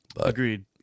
agreed